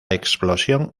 explosión